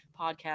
podcast